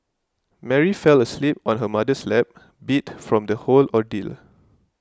Mary fell asleep on her mother's lap beat from the whole ordeal